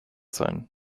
sein